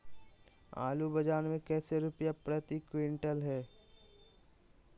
आलू बाजार मे कैसे रुपए प्रति क्विंटल है?